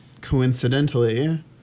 coincidentally